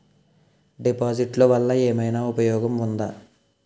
డిపాజిట్లు వల్ల ఏమైనా ఉపయోగం ఉందా?